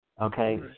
Okay